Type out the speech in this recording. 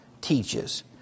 teaches